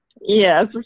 Yes